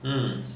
hmm